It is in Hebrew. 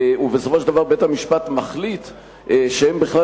ובסופו של דבר בית-המשפט מחליט שהם בכלל